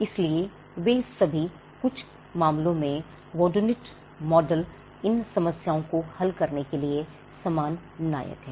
इसलिए वे सभी कुछ मामलों में व्होडुनिट मॉडल इन समस्याओं को हल करने के लिए समान नायक है